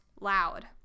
loud